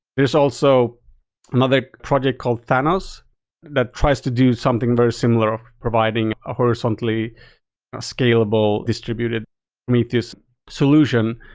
there's also another project called thanos that tries to do something very similar, providing a horizontally scalable distributed prometheus solution.